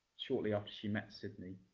shortly after she met sidney.